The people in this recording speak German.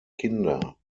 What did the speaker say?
kinder